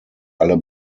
alle